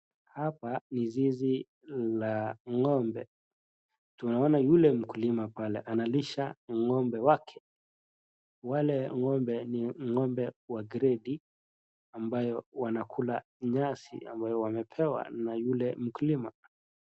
Hapa ni zizi la ng'ombe. Tunaona yule mkulima pale analisha ng'ombe wake. Wale ng'ombe ni ng'ombe wa gredi ambayo wanakula nyasi ambayo wamepewa na yule mkulima.